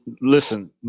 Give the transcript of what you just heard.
Listen